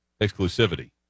exclusivity